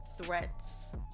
threats